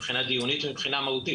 מבחינה דיונית ומבחינה מהותית.